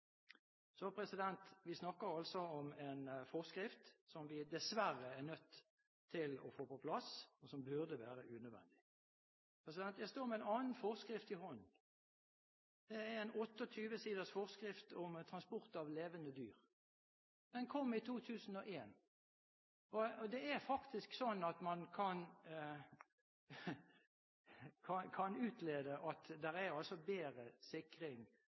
så dette burde man kunne finne en grei løsning på. Vi snakker altså om en forskrift som vi dessverre er nødt til å få på plass, og som burde være unødvendig. Jeg står med en annen forskrift i hånden. Det er en 28 siders forskrift om transport av levende dyr. Den kom i 2001. Det er faktisk sånn at man kan utlede at det er bedre sikring